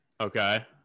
Okay